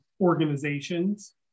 organizations